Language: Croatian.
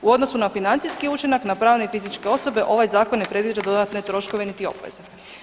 U odnosu na financijski učinak na pravne i fizičke osobe ovaj zakon ne predviđa dodatne troškove niti obveze.